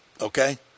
Okay